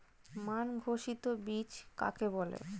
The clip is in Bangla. মান ঘোষিত বীজ কাকে বলে?